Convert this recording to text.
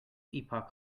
epoch